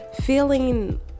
feeling